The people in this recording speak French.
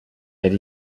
elle